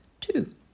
Two